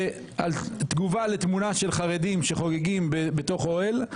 תגובה לתמונה של חרדים שחוגגים בתוך אוהל.